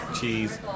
cheese